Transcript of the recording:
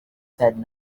said